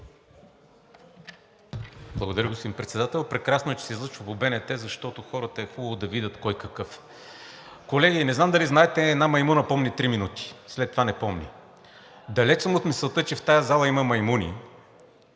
Благодаря, господин Председател. Прекрасно е, че се излъчва по БНТ, защото хората е хубаво да видят кой какъв е. Колеги, не знам дали знаете, че една маймуна помни три минути, след това не помни. Далеч съм от мисълта, че в тази зала има маймуни,